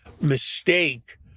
mistake